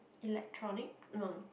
electronic no